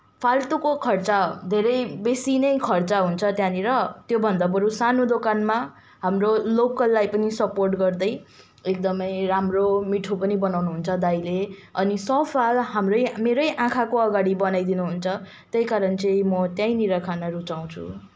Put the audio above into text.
फाल्टुको खर्च धेरै बेसी नै खर्च हुन्छ त्यहाँनिर त्योभन्दा बरू सानो दोकानमा हाम्रो लोकललाई पनि सपोर्ट गर्दै एकदमै राम्रो मिठो पनि बनाउनुहुन्छ दाइले अनि सफ्ट वाला हाम्रै मेरै आँखाको अगाडि बनाइदिनुहुन्छ त्यही कारण चाहिँ म त्यहीँनिर खान रुचाउँछु